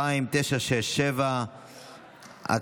פ/2967/25.